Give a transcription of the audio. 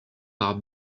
par